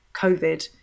covid